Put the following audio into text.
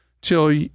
till